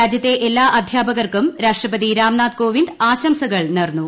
രാജ്യത്തെ ന് എല്ലാ അധ്യാപകർക്കും രാഷ്ട്രപതി രാംനാഥ് കോവിന്ദ് ആശംസകൾ നേർന്നു